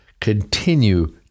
continue